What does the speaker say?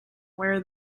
where